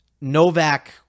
Novak